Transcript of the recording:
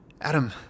Adam